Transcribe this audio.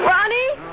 Ronnie